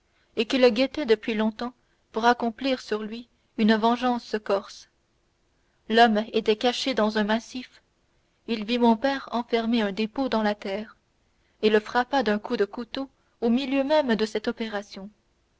et qui le guettait depuis longtemps pour accomplir sur lui une vengeance corse l'homme était caché dans un massif il vit mon père enfermer un dépôt dans la terre et le frappa d'un coup de couteau au milieu même de cette opération